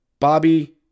Bobby